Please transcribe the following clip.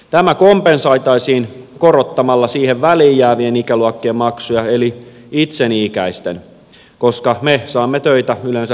tämä kompensoitaisiin korottamalla siihen väliin jäävien ikäluokkien maksuja eli itseni ikäisten koska me saamme töitä yleensä helpomminkin